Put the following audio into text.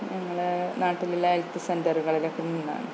ഞങ്ങളുടെ നാട്ടിലുള്ള ഹെൽത്ത് സെന്ററുകളിലൊക്ക നിന്നാണ്